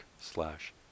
slash